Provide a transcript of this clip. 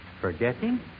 Forgetting